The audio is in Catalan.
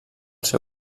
seu